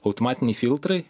automatiniai filtrai